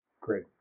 Great